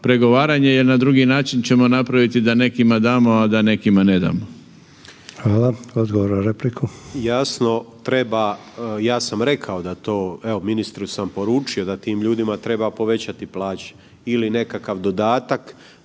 pregovaranje jer na drugi način ćemo napraviti da nekima damo, a da nekima ne damo. **Sanader, Ante (HDZ)** Hvala. Odgovor na repliku. **Grmoja, Nikola (MOST)** Jasno treba, ja sam rekao da to, evo ministru sam poručio da tim ljudima treba povećati plaće ili nekakav dodatak,